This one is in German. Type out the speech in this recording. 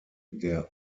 der